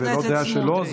זו לא דעה שלו,